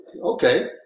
Okay